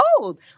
old